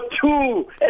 two